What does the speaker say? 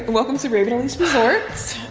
welcome to raven elyse resort.